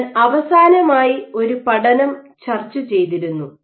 ഞാൻ അവസാനമായി ഒരു പഠനം ചർച്ച ചെയ്തിരുന്നു